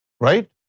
right